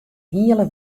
hiele